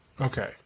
okay